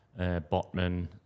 Botman